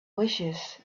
wishes